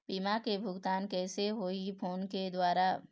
बीमा के भुगतान कइसे होही फ़ोन के द्वारा?